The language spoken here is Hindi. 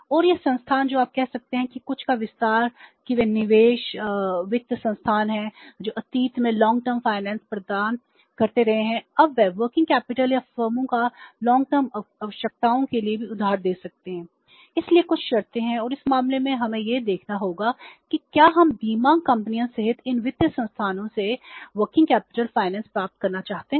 और ये संस्थान जो आप कह सकते हैं कि कुछ का विस्तार है कि वे निवेश वित्त संस्थान हैं जो अतीत में दीर्घकालिक वित्त प्राप्त करना चाहते हैं